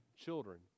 children